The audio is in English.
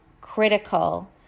critical